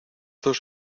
dos